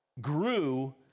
grew